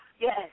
yes